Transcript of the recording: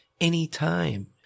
anytime